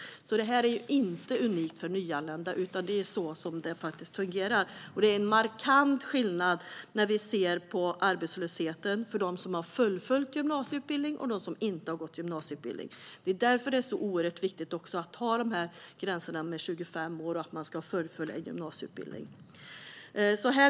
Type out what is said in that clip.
Det är alltså inte unikt för nyanlända, utan det är så det fungerar. Det är en markant skillnad i arbetslöshet mellan dem som har fullföljt en gymnasieutbildning och dem som inte har gått en gymnasieutbildning. Det är därför det är så viktigt med gränsen på 25 år och att man ska fullfölja en gymnasieutbildning.